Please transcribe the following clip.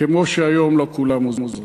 כמו שהיום לא כולם עוזרים.